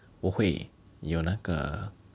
我会有那个 prop bar